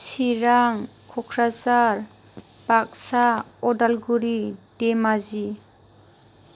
Chirang Kokrajhar Baksa Udalguri Dhemaji